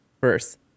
first